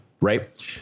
right